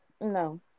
No